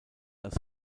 als